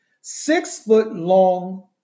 six-foot-long